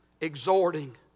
Exhorting